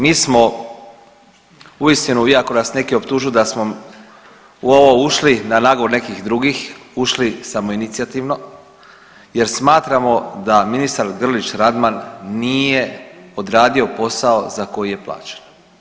Mi smo uistinu, iako nas neki optužuju da smo u ovo ušli na nagovor nekih drugih, ušli samoinicijativno jer smatramo da ministar Grlić Radman nije odradio posao za koji je plaćen.